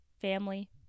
family